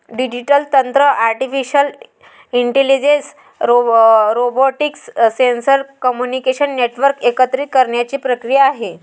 digital तंत्र artificial intelligence, robotics, sensor, communication network एकत्रित करण्याची प्रक्रिया आहे